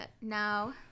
now